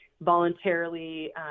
voluntarily